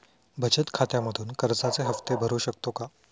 बचत खात्यामधून कर्जाचे हफ्ते भरू शकतो का?